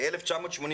ב-1984,